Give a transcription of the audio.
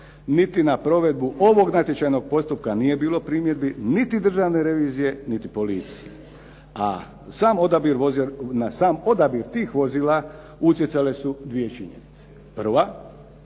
Niti na provedbu ovog natječajnog postupka nije bilo primjedbi niti državne revizije niti policije. A na sam odabir tih vozila utjecale su dvije činjenice. Prva,